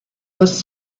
was